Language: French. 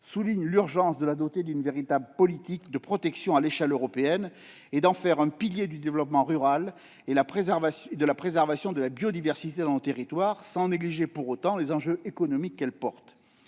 soulignent l'urgence de doter la forêt d'une véritable politique de protection à l'échelle européenne et d'en faire un pilier du développement rural et de la préservation de la biodiversité de nos territoires, sans négliger pour autant les enjeux économiques qu'elle porte.